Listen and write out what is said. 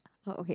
what okay